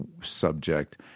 subject